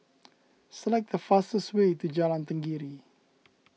select the fastest way to Jalan Tenggiri